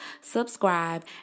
subscribe